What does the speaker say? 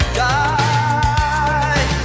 die